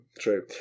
true